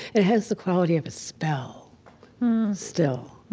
it has the quality of a spell still.